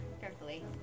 Carefully